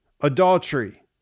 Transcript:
adultery